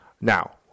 Now